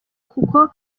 kuko